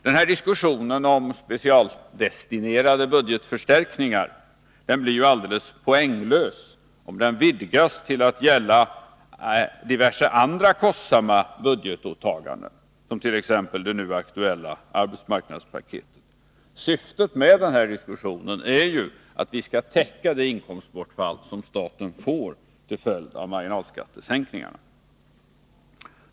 Den här diskussionen om specialdestinerade budgetförstärkningar blir ju alldeles poänglös, om den vidgas till att gälla diverse andra kostsamma budgetåtaganden, som t.ex. det nu aktuella arbetsmarknadspaketet— syftet är ju att vi skall täcka det inkomstbortfall som staten får till följd av marginalskattesänkningarna.